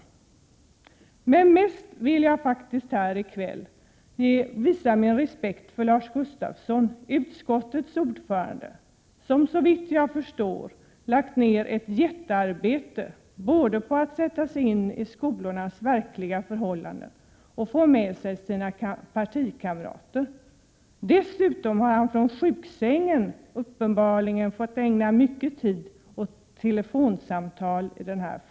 Men mest av allt vill jag faktiskt här i kväll visa min respekt för Lars Gustafsson, utskottets ordförande, som såvitt jag förstår har lagt ned väldigt mycket arbete både på att sätta sig in i skolornas verkliga förhållanden och på att få med sig sina partikamrater. Dessutom har han i sjuksängen uppenbarligen fått ägna mycken tid åt Prot. 1987/88:123 telefonsamtal i denna fråga.